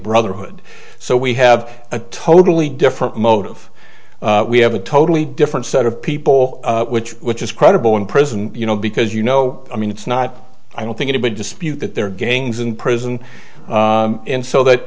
brotherhood so we have a totally different motive we have a totally different set of people which which is credible in prison you know because you know i mean it's not i don't think it would dispute that there are gangs in prison and so